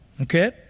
Okay